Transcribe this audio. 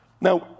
Now